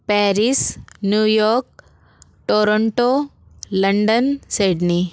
Paris New York Toronto London Sydney